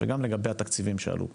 וגם לגבי התקציבים שעלו פה.